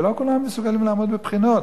כי לא כולם מסוגלים לעמוד בבחינות,